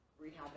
rehab